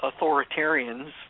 authoritarians